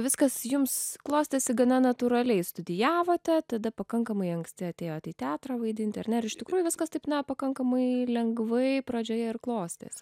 viskas jums klostėsi gana natūraliai studijavote tada pakankamai anksti atėjote į teatrą vaidinti ar ne ar iš tikrųjų viskas taip na pakankamai lengvai pradžioje ir klostės